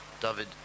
David